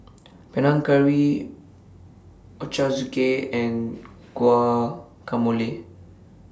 Panang Curry Ochazuke and Guacamole